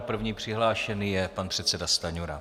První přihlášený je pan předseda Stanjura.